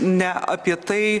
ne apie tai